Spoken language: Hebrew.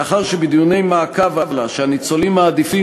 מאחר שבדיוני מעקב עלה שהניצולים מעדיפים